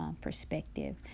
perspective